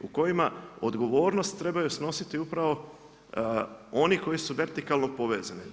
U kojim odgovornost trebaju snositi upravo oni koji su vertikalno povezani.